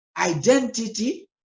identity